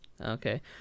okay